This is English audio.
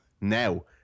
now